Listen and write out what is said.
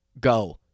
Go